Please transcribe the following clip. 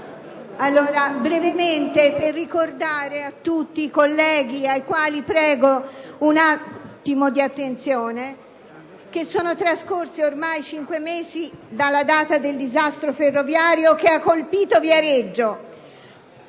Vorrei ricordare a tutti colleghi, che prego di fare un attimo di attenzione, che sono trascorsi ormai cinque mesi dalla data del disastro ferroviario che ha colpito Viareggio.